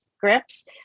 grips